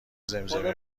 زمزمه